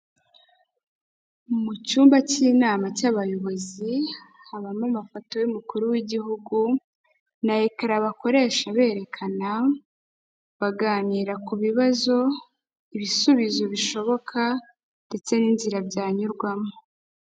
Mu cyumba cy'inama cy'abayobozi, habamo amafoto y'umukuru w'igihugu na ekara bakoresha berekana, baganira ku bibazo, ibisubizo bishoboka ndetse n'inzira byanyurwamo.